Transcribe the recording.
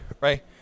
right